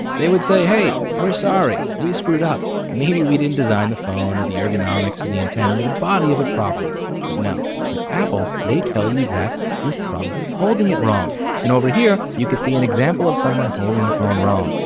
they would say hey! we're sorry! we screwed up! maybe we didn't design the phone or the ergonomics of the antenna or the body of it properly but no. with apple they tell you that you're probably holding it wrong and over here you could see an example of someone holding the phone wrong.